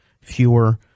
fewer